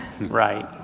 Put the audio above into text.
Right